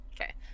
okay